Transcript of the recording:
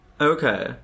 Okay